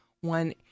one